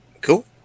Cool